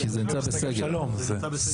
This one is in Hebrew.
מה הניסיון התעסוקתי שלו?